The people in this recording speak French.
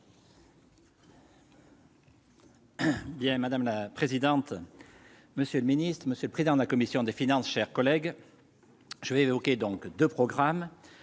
madame la présidente, monsieur le ministre, monsieur le président de la commission des finances, chers collègues, je vais évoquer donc de programmes,